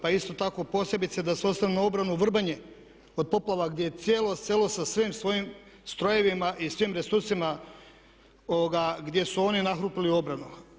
Pa isto tako posebice da su osnovnu obranu Vrbanje od poplava gdje je cijelo selo sa svim svojim strojevima i svim resursima, gdje su oni nahrupili obranu.